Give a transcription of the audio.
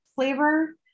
flavor